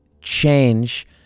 change